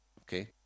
Okay